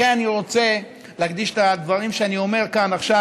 לכן אני רוצה להקדיש את הדברים שאני אומר כאן עכשיו,